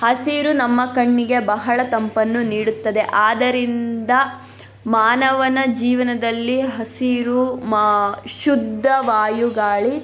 ಹಸಿರು ನಮ್ಮ ಕಣ್ಣಿಗೆ ಬಹಳ ತಂಪನ್ನು ನೀಡುತ್ತದೆ ಆದ್ದರಿಂದ ಮಾನವನ ಜೀವನದಲ್ಲಿ ಹಸಿರು ಮಾ ಶುದ್ಧ ವಾಯುಗಾಳಿ